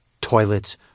Toilets